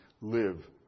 live